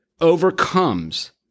overcomes